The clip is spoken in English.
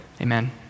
Amen